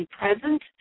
present